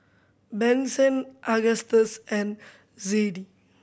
Benson Agustus and Zadie